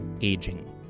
Aging